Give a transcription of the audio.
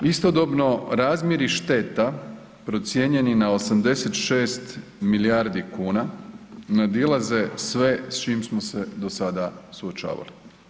Istodobno razmjeri šteta procijenjeni na 86 milijardi kuna, nadilaze sve s čim smo se do sada suočavali.